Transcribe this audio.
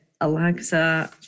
Alexa